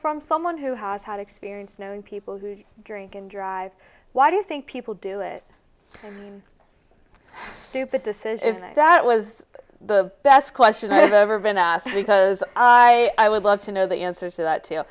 from someone who has had experience known people who drink and drive why do you think people do it stupid decision that was the best question i've ever been asked because i would love to know the answer to that